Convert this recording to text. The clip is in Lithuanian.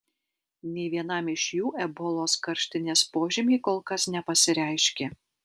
nei vienam iš jų ebolos karštinės požymiai kol kas nepasireiškė